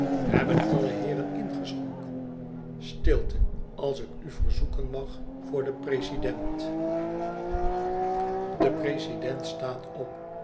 hebben alle heeren ingeschonken stilte als ik u verzoeken mag voor den president de president staat op